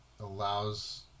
allows